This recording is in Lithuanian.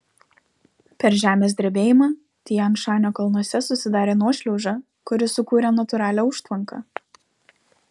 per žemės drebėjimą tian šanio kalnuose susidarė nuošliauža kuri sukūrė natūralią užtvanką